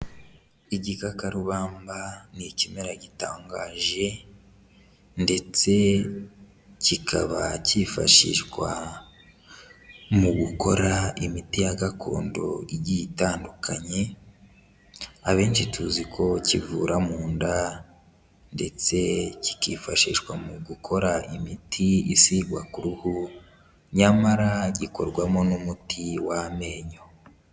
Igikakarubamba ni ikimera gitangaje, ndetse kikaba cyifashishwa mu gukora imiti ya gakondo igiye itandukanye, abenshi tuzi ko kivura munda, ndetse kikifashishwa mu gukora imiti isigwa ku ruhu, nyamara gikorwamo n'umuti w'amenyo.